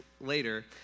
later